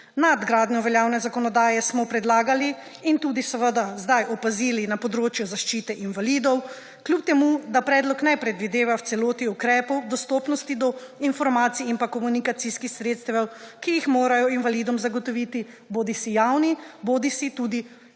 Nadgradnjo veljavne zakonodaje smo predlagali in tudi sedaj opazili na področju zaščite invalidov, kljub temu da predlog ne predvideva v celoti ukrepov dostopnosti do informacij in komunikacijskih sredstev, ki jih morajo invalidom zagotoviti bodisi javni bodisi zasebni